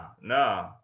no